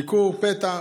ביקור פתע,